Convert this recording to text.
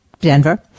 Denver